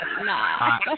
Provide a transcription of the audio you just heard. nah